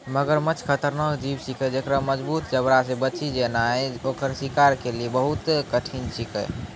मगरमच्छ खतरनाक जीव छिकै जेक्कर मजगूत जबड़ा से बची जेनाय ओकर शिकार के लेली बहुत कठिन छिकै